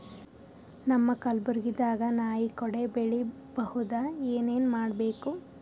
ನಮ್ಮ ಕಲಬುರ್ಗಿ ದಾಗ ನಾಯಿ ಕೊಡೆ ಬೆಳಿ ಬಹುದಾ, ಏನ ಏನ್ ಮಾಡಬೇಕು?